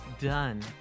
done